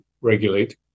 regulate